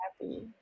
happy